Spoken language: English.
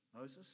Moses